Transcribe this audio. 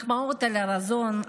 מחמאות על הרזון,